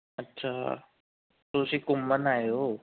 ਅੱਛਾ ਤੁਸੀਂ ਘੁੰਮਣ ਆਏ ਹੋ